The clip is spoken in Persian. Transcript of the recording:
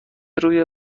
روی